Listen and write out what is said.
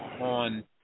on